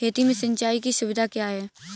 खेती में सिंचाई की सुविधा क्या है?